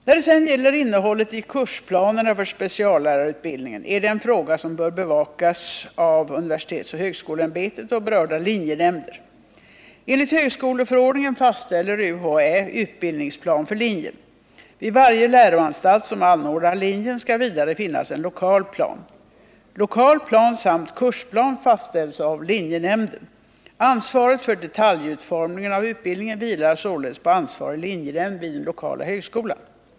När det sedan gäller innehållet i kursplanerna för speciallärarutbildningen är det en fråga som bör bevakas av universitetsoch högskoleämbetet och berörda linjenämnder. Enligt högskoleförordningen fastställer UHÄ utbildningsplan för linjen. Vid varje läroanstalt som anordnar linjen skali vidare finnas en lokal plan. Lokal plan samt kursplan fastställs av linjenämnden. Ansvaret för detaljutformningen av utbildningen vilar således på ansvarig linjenämnd vid den lokala högskolan.